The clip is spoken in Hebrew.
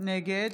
נגד